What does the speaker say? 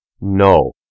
No